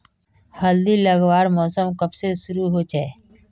हल्दी लगवार मौसम कब से शुरू होचए?